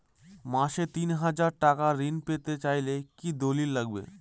মাসে তিন হাজার টাকা ঋণ পেতে চাইলে কি দলিল লাগবে?